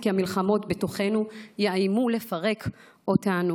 כי המלחמות בתוכנו יאיימו לפרק אותנו.